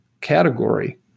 category